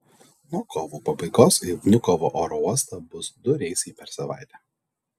nuo kovo pabaigos į vnukovo oro uostą bus du reisai per savaitę